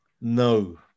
No